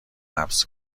حبس